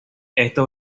esto